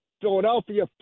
Philadelphia